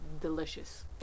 delicious